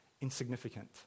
insignificant